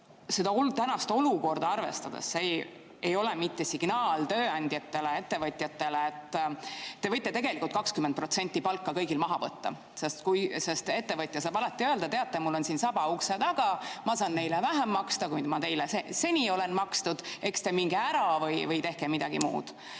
siis kas tänast olukorda arvestades ei ole see mitte signaal tööandjatele ja ettevõtjatele, et te võite tegelikult kõigil 20% palgast maha võtta? Ettevõtja saab alati öelda, et teate, mul on siin saba ukse taga, ma saan neile vähem maksta, kui ma teile seni olen maksnud, eks minge ära või tehke midagi muud.